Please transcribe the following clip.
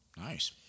Nice